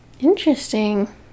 Interesting